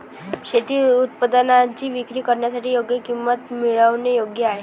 शेती उत्पादनांची विक्री करण्यासाठी योग्य किंमत मिळवणे योग्य आहे